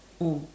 mm